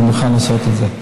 אני מוכן לעשות את זה.